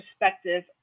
perspective